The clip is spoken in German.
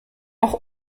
auch